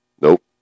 Nope